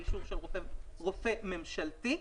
באישור רופא ממשלתי.